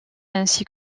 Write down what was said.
ainsi